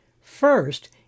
First